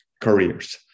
careers